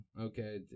Okay